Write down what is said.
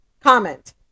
Comment